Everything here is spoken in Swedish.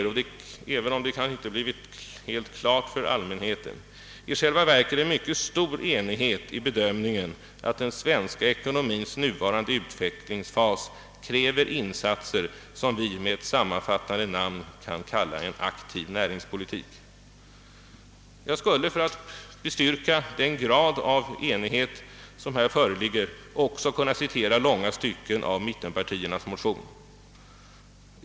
Och även om det kanske inte blivit helt klart för allmänheten föreligger det i själva verket mycket stor enighet i bedömningen att den svenska ekonomins nuvarande utvecklingsfas kräver insatser, som vi med ett sammanfattande namn kan kalla en aktiv näringspolitik. För att bestyrka den grad av enighet som här föreligger skulle jag också kunna citera långa stycken av mittenpartiernas motion.